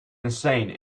insane